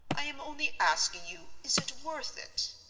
i am only asking you, is it worth it?